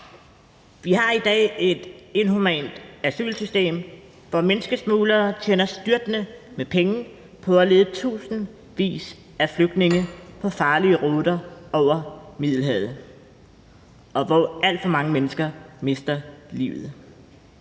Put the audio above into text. Vi har i dag et inhumant asylsystem, hvor menneskesmuglere tjener styrtende med penge på at lede tusindvis af flygtninge på farlige ruter over Middelhavet, og hvor alt for mange mennesker mister livet.